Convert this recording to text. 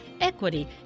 equity